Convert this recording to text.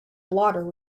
blotter